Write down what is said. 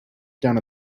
down